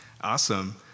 Awesome